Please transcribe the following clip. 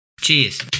Cheers